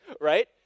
right